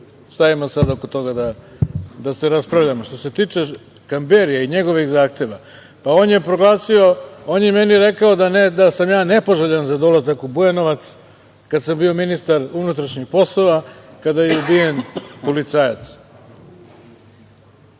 da se oko toga raspravljamo. Što se tiče Kamberija i njegovih zahteva, pa on je proglasio, on je meni rekao da sam nepoželjan za dolazak u Bujanovac, a kada sam bio ministar unutrašnjih poslova, kada je ubijen policajac.